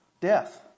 Death